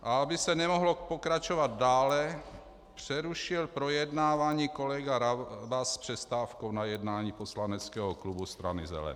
A aby se nemohlo pokračovat dále, přerušil projednávání kolega Rabas s přestávkou na jednání poslaneckého klubu Strany zelených.